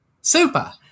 Super